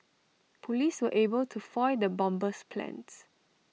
Police were able to foil the bomber's plans